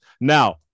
Now